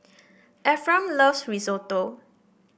Ephraim loves Risotto